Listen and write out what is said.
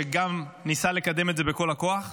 שגם ניסה לקדם את זה בכל הכוח,